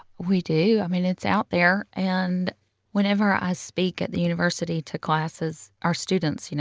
we do. i mean, it's out there. and whenever i speak at the university to classes our students, you know,